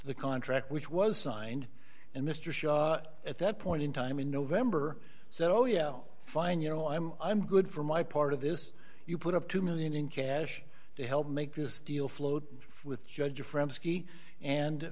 the contract which was signed and mr shaw at that point in time in november said oh yeah fine you know i'm i'm good for my part of this you put up two million in cash to help make this deal float with